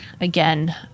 again